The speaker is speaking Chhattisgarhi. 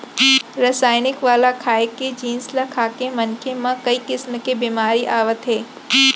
रसइनिक वाला खाए के जिनिस ल खाके मनखे म कइ किसम के बेमारी आवत हे